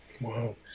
Wow